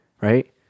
Right